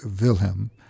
Wilhelm